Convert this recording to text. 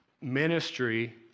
Ministry